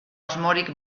asmorik